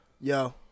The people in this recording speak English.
Yo